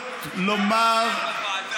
תתבייש לך.